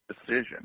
decision